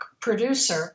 producer